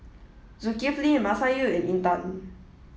Zulkifli Masayu and Intan